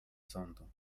sądu